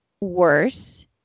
worse